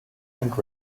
and